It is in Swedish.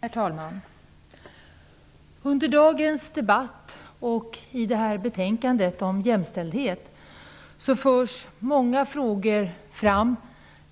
Herr talman! Under dagens debatt och i betänkandet om jämställdhet förs många frågor fram,